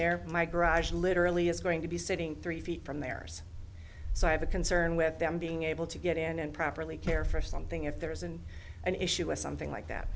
there my garage literally is going to be sitting three feet from there so i have a concern with them being able to get in and properly care for something if there isn't an issue or something like that